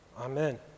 amen